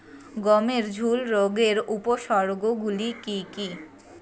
গমের ঝুল রোগের উপসর্গগুলি কী কী?